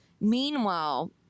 Meanwhile